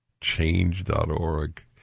Change.org